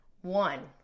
One